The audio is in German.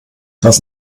das